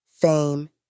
fame